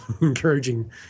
encouraging